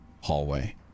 hallway